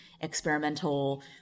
experimental